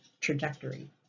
trajectory